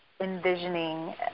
envisioning